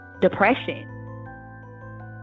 depression